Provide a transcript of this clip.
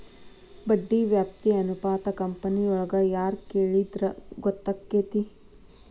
ಬಡ್ಡಿ ವ್ಯಾಪ್ತಿ ಅನುಪಾತಾ ಕಂಪನಿಯೊಳಗ್ ಯಾರ್ ಕೆಳಿದ್ರ ಗೊತ್ತಕ್ಕೆತಿ?